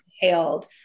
entailed